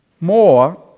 More